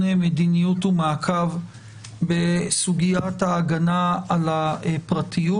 מדיניות ומעקב בסוגיית ההגנה על הפרטיות.